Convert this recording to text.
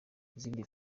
izindi